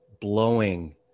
blowing